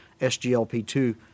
SGLP2